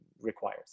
requires